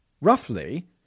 Roughly